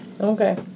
Okay